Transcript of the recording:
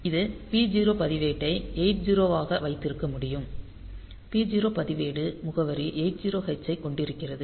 இது ah இந்த P0 பதிவேட்டை 80 ஆக வைத்திருக்க முடியும் p0 பதிவேடு முகவரி 80 h ஐக் கொண்டிருக்கிறது